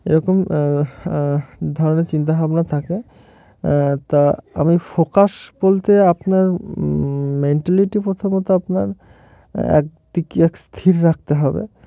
এরকম ধরনের চিন্তাভাবনা থাকে তা আমি ফোকাস বলতে আপনার মেন্টালিটি প্রথমত আপনার একদি এক স্থির রাখতে হবে